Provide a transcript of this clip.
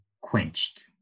quenched